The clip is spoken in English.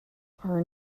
are